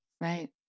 Right